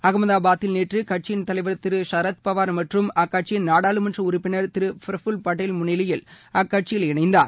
அகமதாபாத்தில் நேற்று கட்சியின் தலைவா் திரு சரத்பவாா் மற்றும் அக்கட்சியின் நாடாளுமன்ற உறுப்பினர் திரு பிரஃபுல் படேல் முன்னிலையில் அக்கட்சியில் இணைந்தார்